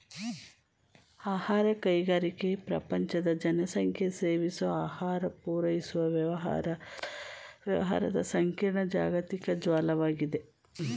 ಆಹಾರ ಕೈಗಾರಿಕೆ ಪ್ರಪಂಚದ ಜನಸಂಖ್ಯೆಸೇವಿಸೋಆಹಾರಪೂರೈಸುವವ್ಯವಹಾರದಸಂಕೀರ್ಣ ಜಾಗತಿಕ ಜಾಲ್ವಾಗಿದೆ